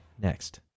next